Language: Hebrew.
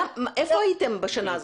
איפה הייתם בשנה הזאת?